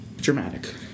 Dramatic